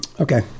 Okay